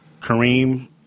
Kareem